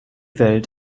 welt